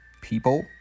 people